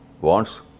wants